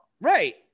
Right